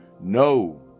no